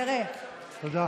תראה, תודה.